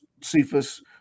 Cephas